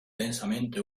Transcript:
densamente